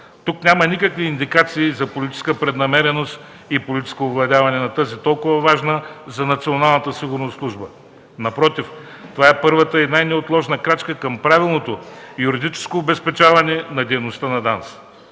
Тук няма никакви индикации за политическа преднамереност и политическо овладяване на тази толкова важна за националната сигурност служба. Напротив, това е първата и най-неотложна крачка към правилното юридическо обезпечаване на дейността на ДАНС.